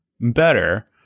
better